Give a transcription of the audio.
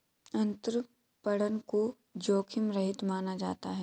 अंतरपणन को जोखिम रहित माना जाता है